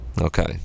Okay